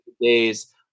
days